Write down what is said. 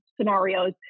scenarios